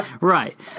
Right